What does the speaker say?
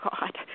God